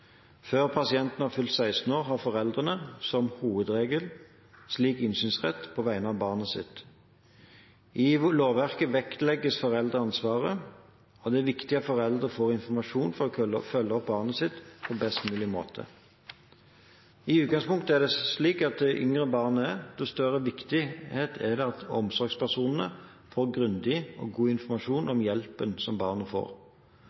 Før pasienten har fylt 16 år, har foreldrene – som hovedregel – slik innsynsrett på vegne av barnet sitt. I lovverket vektlegges foreldreansvaret, og det er viktig at foreldrene får informasjon for å kunne følge opp barnet sitt på best mulig måte. I utgangspunktet er det slik at jo yngre barnet er, jo viktigere er det at omsorgspersonene får grundig og god informasjon om hjelpen som barnet får.